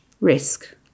risk